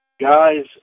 Guys